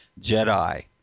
Jedi